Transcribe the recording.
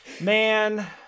Man